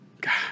God